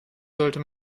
sollte